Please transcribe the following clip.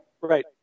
Right